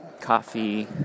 Coffee